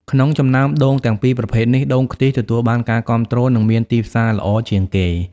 ក្នុងចំណោមដូងទាំងពីរប្រភេទនេះ ដូងខ្ទិះ ទទួលបានការគាំទ្រ និងមានទីផ្សារល្អជាងគេ។